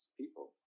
people